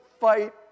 fight